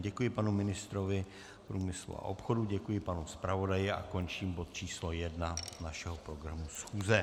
Děkuji panu ministrovi průmyslu a obchodu, děkuji panu zpravodaji a končím bod číslo 1 našeho programu schůze.